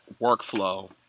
workflow